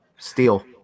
Steel